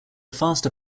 faster